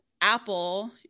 Apple